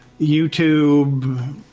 YouTube